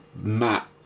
Matt